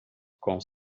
com